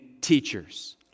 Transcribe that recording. teachers